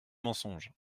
mensonges